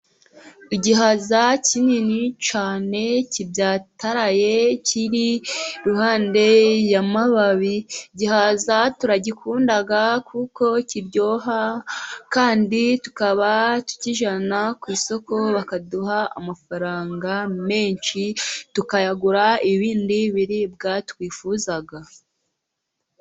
Igihaza kinini cyane kibwataraye, kiri iruhande y'amababi. Igihaza turagikunda kuko kiryoha kandi tukaba tukijyana ku isoko bakaduha amafaranga menshi, tukayagura ibindi biribwa twifuza.